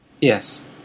Yes